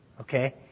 okay